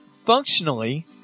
functionally